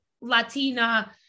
Latina